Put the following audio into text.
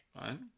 right